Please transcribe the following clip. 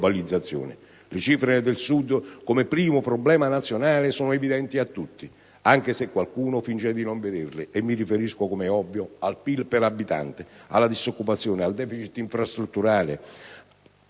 Le cifre del Sud, come primo problema nazionale, sono evidenti a tutti, anche se qualcuno finge di non vederle, e mi riferisco - com'è ovvio - al PIL per abitante, alla disoccupazione, al deficit infrastrutturale.